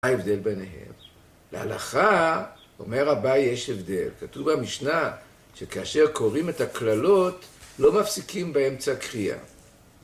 מה ההבדל ביניהם? להלכה, אומר רבי, יש הבדל. כתוב במשנה, שכאשר קוראים את הקללות, לא מפסיקים באמצע הקריאה.